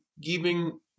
giving